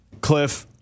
cliff